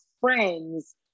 friends